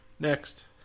Next